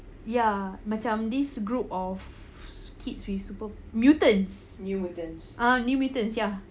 ya macam this group of kids with super mutants ah new mutants ya